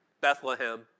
Bethlehem